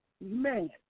man